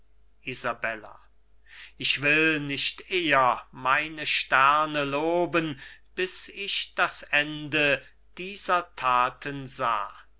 ich will nicht eher meine sterne loben bis ich das ende dieser thaten sah